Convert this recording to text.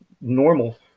normal